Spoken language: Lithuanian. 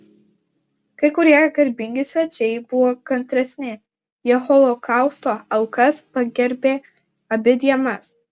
kai kurie garbingi svečiai buvo kantresni jie holokausto aukas pagerbė abi dienas